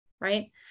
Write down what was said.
right